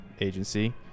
agency